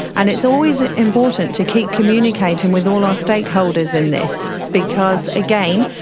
and it's always ah important to keep communicating with all our stakeholders in this because, again,